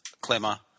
Clemmer